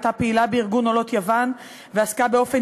הייתה פעילה בארגון עולות יוון ועסקה באופן